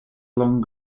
long